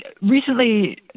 Recently